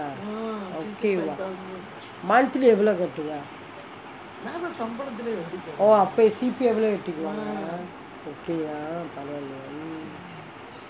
okay lah monthly எவ்ளோ கட்டுவே:evlo kattuvae oh அப்பயே:appayae C_P_F லே வெட்டிக்குவாங்களா:lze vettikuvangalaa okay ah பரவாலயே:paravalayae